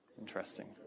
Interesting